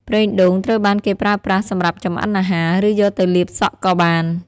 ប្រេងដូងត្រូវបានគេប្រើប្រាស់សម្រាប់ចម្អិនអាហារ ឬយកទៅលាបសក់ក៏បាន។